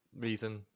reason